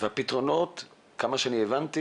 והפתרונות, עד כמה שהבנתי